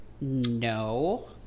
No